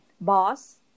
boss